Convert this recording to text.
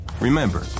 Remember